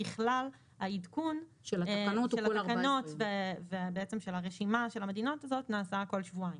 ככלל העדכון של התקנות ושל הרשימה של המדינות נעשה כל שבועיים.